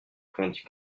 répondit